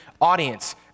audience